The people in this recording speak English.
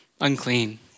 unclean